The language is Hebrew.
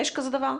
יש כזה דבר?